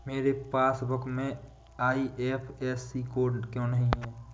मेरे पासबुक में IFSC code क्यो नहीं है?